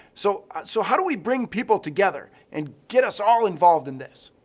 so so how do we bring people together and get us all involved in this?